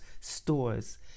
stores